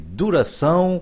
duração